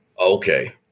okay